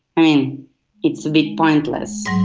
i mean it's a bit pointless.